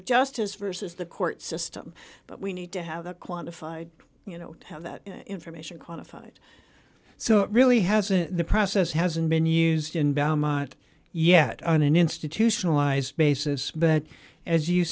of justice versus the court system but we need to have that quantified you know have that information quantified so it really hasn't the process hasn't been used in belmont yet on an institutionalized basis but as you